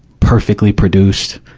perfectly produced.